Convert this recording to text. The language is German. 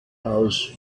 aus